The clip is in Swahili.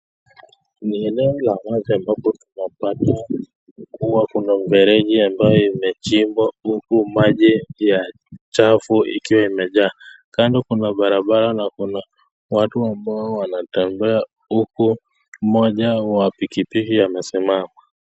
Ni eneo la wazi ambapo tunapata kua kuna mfereji ambayo imechimbwa huku maji ya chafu ikiwa imejaa. Kando kuna barabara na kuna watu ambao wanatembea huku mmoja wa pikipiki amesimama.